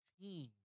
team